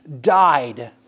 died